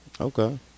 Okay